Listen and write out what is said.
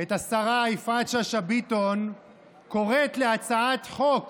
את השרה יפעת שאשא ביטון קוראת להצעת חוק